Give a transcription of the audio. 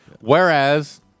Whereas